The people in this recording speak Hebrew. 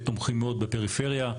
תומכים מאוד בפריפריה,